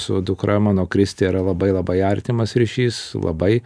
su dukra mano kriste yra labai labai artimas ryšys labai